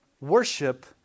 worship